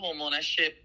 homeownership